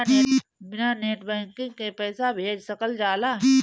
बिना net banking के पईसा भेज सकल जाला?